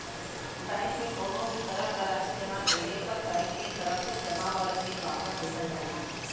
bank में कउनो भी तरह क राशि जमा कइले पर बैंक के तरफ से जमा क रसीद वापस दिहल जाला